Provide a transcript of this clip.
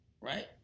right